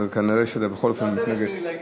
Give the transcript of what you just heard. כנראה אתה בכל אופן מתנגד.